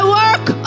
work